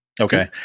Okay